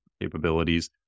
capabilities